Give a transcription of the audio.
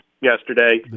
yesterday